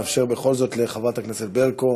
נאפשר בכל זאת לחברת הכנסת ברקו